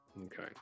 Okay